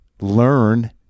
learn